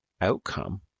outcome